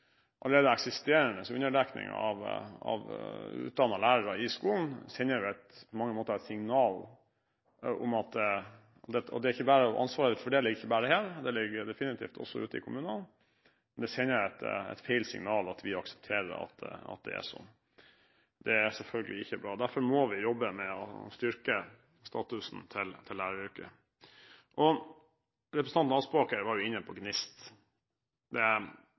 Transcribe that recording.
allerede eksisterende underdekningen av utdannede lærere i skolen – og ansvaret for det ligger ikke bare her, det ligger definitivt også ute i kommunene – er på mange måter å sende ut et feil signal. Det er selvfølgelig ikke bra. Derfor må vi jobbe med å styrke statusen til læreryrket. Representanten Aspaker var inne på GNIST. Det